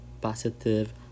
positive